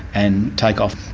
and take off.